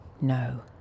No